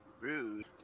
Rude